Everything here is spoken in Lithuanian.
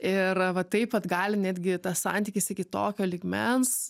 ir va taip vat gali netgi tas santykis iki tokio lygmens